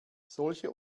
solche